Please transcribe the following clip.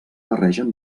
barregen